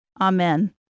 Amen